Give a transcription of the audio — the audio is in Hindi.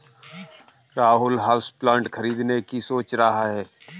राहुल हाउसप्लांट खरीदने की सोच रहा है